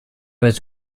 was